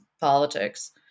politics